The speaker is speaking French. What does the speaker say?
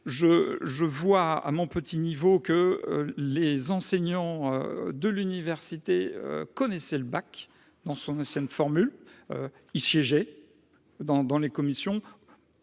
je vois à mon petit niveau, que les enseignants de l'université connaissait le bac dans son ancienne formule il siégeait dans dans les commissions,